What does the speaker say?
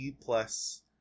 plus